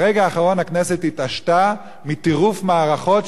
ברגע האחרון הכנסת התעשתה מטירוף מערכות,